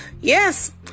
Yes